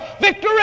victory